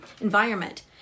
environment